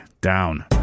Down